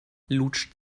lutscht